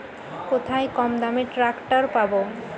কোথায় কমদামে ট্রাকটার পাব?